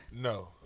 No